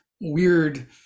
weird